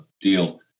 deal